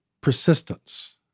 persistence